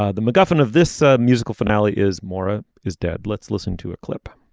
ah the mcguffin of this ah musical finale is maura is dead. let's listen to a clip